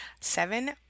seven